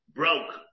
broke